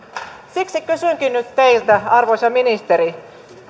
siksi kysynkin nyt teiltä arvoisa ministeri